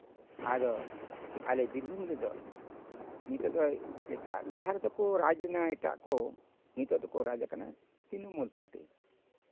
ᱟᱫᱚ ᱟᱞᱮ ᱵᱤᱨᱵᱷᱩᱢ ᱨᱮᱫᱚ ᱱᱤᱛᱳᱜ ᱫᱚ ᱮᱴᱟᱜ ᱞᱟᱦᱟ ᱛᱮᱫᱚ ᱠᱚ ᱨᱟᱡᱮᱱᱟ ᱮᱴᱟᱜ ᱠᱚ ᱱᱤᱛᱳᱜ ᱫᱚᱠᱚ ᱨᱟᱡᱟᱠᱟᱱᱟ ᱛᱨᱤᱱᱢᱩᱞ ᱯᱟᱴᱤ